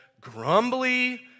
grumbly